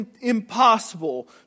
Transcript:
impossible